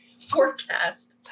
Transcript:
forecast